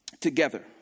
together